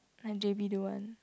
I'm J_B do one